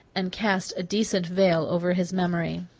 and cast a decent veil over his memory.